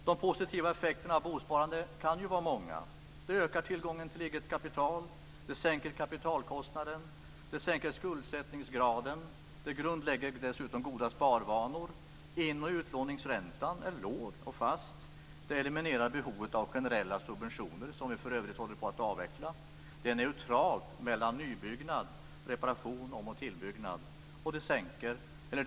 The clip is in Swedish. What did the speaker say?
De positiva effekterna av bosparande är många: · Det ökar tillgången på eget kapital. · Det sänker kapitalkostnaden. · Det sänker skuldsättningsgraden. · Det grundlägger dessutom goda sparvanor. · In och utlåningsräntan är låg och fast. · Det eliminerar behovet av generella subventioner, som för övrigt håller på att avvecklas. · Det är neutralt mellan nybyggnad och ROT.